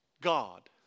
God